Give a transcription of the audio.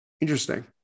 Interesting